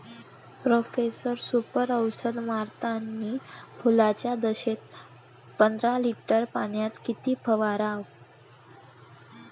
Profex Super औषध मारतानी फुलाच्या दशेत पंदरा लिटर पाण्यात किती फवाराव?